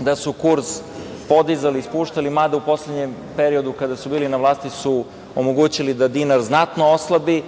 da su kurs podizali i spuštali. U poslednjem periodu kada su bili na vlasti su omogućili da dinar znatno oslabi.